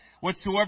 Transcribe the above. Whatsoever